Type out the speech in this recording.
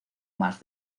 más